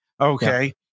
okay